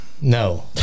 No